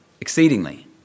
exceedingly